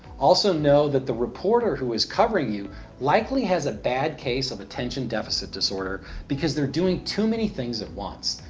also know that the reporter who is covering you likely has a bad case of attention deficit disorder because they are doing too many things at once.